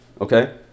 Okay